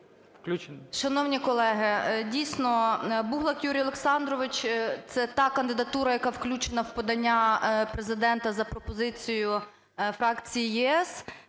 Шановні колеги, дійсно, Буглак Юрій Олександрович – це та кандидатура, яка включена в подання Президента за пропозицією фракції ЄС,